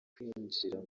kwinjira